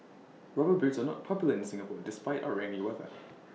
rubber boots are not popular in Singapore despite our rainy weather